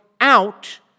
out